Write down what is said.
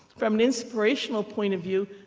from an inspirational point of view,